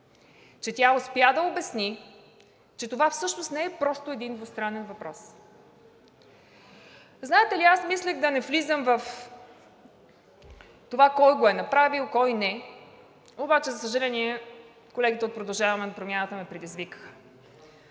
беше лесно за обяснение, че това всъщност не е просто един двустранен въпрос. Знаете ли, аз мислех да не влизам в това кой го е направил, кой не, обаче, за съжаление, колегите от „Продължаваме Промяната“ ме предизвикаха.